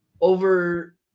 over